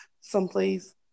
someplace